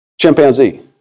chimpanzee